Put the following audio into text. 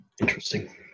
Interesting